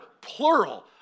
plural